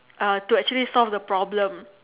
uh to actually solve the problem